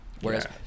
whereas